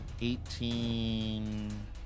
eighteen